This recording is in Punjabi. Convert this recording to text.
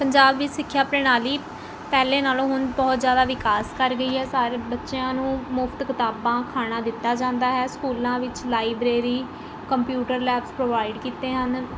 ਪੰਜਾਬ ਵਿੱਚ ਸਿੱਖਿਆ ਪ੍ਰਣਾਲੀ ਪਹਿਲੇ ਨਾਲੋਂ ਹੁਣ ਬਹੁਤ ਜ਼ਿਆਦਾ ਵਿਕਾਸ ਕਰ ਗਈ ਹੈ ਸਾਰੇ ਬੱਚਿਆਂ ਨੂੰ ਮੁਫਤ ਕਿਤਾਬਾਂ ਖਾਣਾ ਦਿੱਤਾ ਜਾਂਦਾ ਹੈ ਸਕੂਲਾਂ ਵਿੱਚ ਲਾਇਬ੍ਰੇਰੀ ਕੰਪਿਊਟਰ ਲੈਬਸ ਪ੍ਰੋਵਾਈਡ ਕੀਤੇ ਹਨ